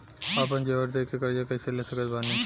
आपन जेवर दे के कर्जा कइसे ले सकत बानी?